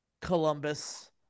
Columbus